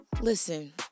listen